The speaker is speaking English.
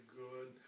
good